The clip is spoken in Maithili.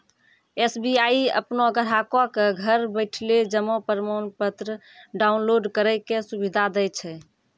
एस.बी.आई अपनो ग्राहको क घर बैठले जमा प्रमाणपत्र डाउनलोड करै के सुविधा दै छै